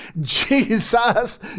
Jesus